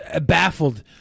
baffled